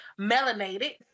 melanated